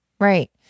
right